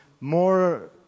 more